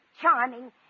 charming